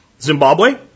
Zimbabwe